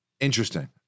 Interesting